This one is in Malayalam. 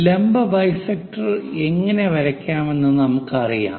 ലംബ ബൈസെക്ടർ എങ്ങനെ വരയ്ക്കാമെന്ന് നമുക്കറിയാം